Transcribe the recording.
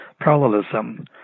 parallelism